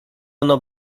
ono